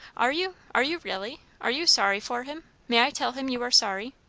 are you? are you really? are you sorry for him? may i tell him you are sorry?